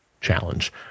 challenge